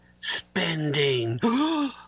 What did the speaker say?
spending